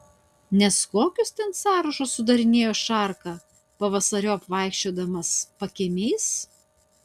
nes kokius ten sąrašus sudarinėjo šarka pavasariop vaikščiodamas pakiemiais